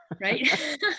Right